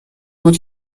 بود